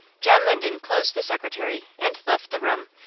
john linden closed the secretary, and left the room,